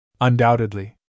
Undoubtedly